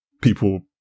people